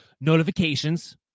notifications